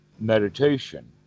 meditation